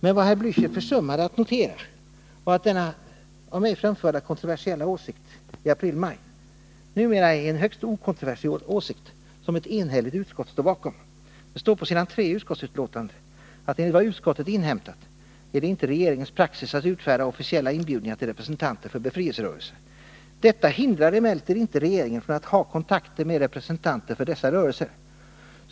Men vad herr Blächer försummat att notera var att denna av mig framförda åsikt, som var kontroversiell i april-maj, numera är en högst okontroversiell åsikt, som ett enhälligt utskott står bakom. Det står på s. 3 i utskottsbetänkandet: ”Enligt vad utskottet inhämtat är det inte regeringens praxis att utfärda officiella inbjudningar till representanter för befrielserörelser. Detta hindrar emellertid inte regeringen från att ha kontakter med representanter för dessa rörelser.